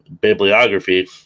bibliography